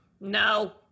No